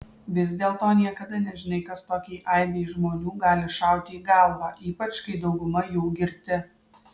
vis dėlto niekada nežinai kas tokiai aibei žmonių gali šauti į galvą ypač kai dauguma jų girti